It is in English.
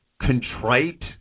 contrite